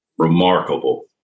remarkable